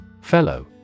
Fellow